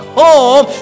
home